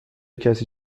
کسی